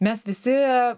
mes visi